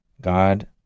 God